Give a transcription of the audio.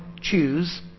choose